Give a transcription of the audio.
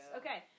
okay